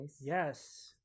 Yes